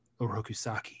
orokusaki